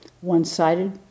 one-sided